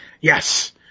Yes